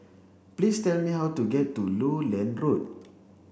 please tell me how to get to Lowland Road